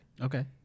Okay